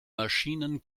maschinen